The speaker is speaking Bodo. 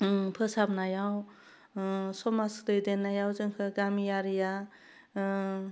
फोसाबनायाव समाज दैदेन्नायाव जोंखौ गामियारिया